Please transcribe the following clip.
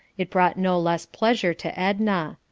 it brought no less pleasure to edna.